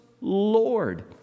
Lord